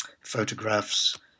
photographs